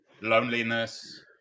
loneliness